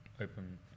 Open